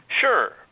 Sure